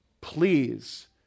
Please